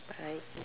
bye bye